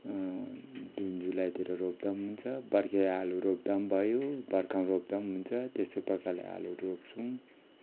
जुन जुलाईतिर रोप्दा पनि हुन्छ बर्खे आलु रोप्दा पनि भयो बर्खामा रोप्दा पनि हुन्छ त्यस्तै प्रकारले आलु रोप्छौँ